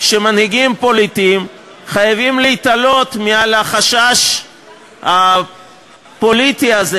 שמנהיגים פוליטיים חייבים להתעלות מעל החשש הפוליטי הזה,